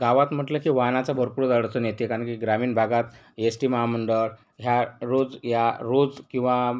गावात म्हटलं की वाहनाचं भरपूर अडचण येते कारण की ग्रामीण भागात यस टी महामंडळ ह्या रोज या रोज किंवा